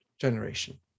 generation